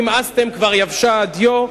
נמאסתם" כבר יבשה הדיו,